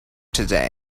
today